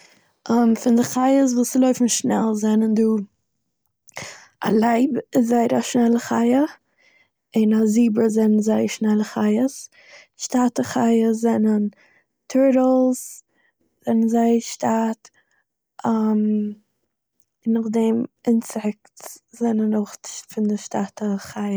פון די חיות וואס לויפן שנעל, זענען דא, א לייב איז זייער שנעלער חי'ס און א זיברא זענען זייער שנעלע חיות, שטאטע חיות זענען טורטעל'ס זענען זייער שטאט, נאכדעם אינסעיקט'ס זענען אויך פון די שטאטע חיות.